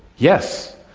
yes.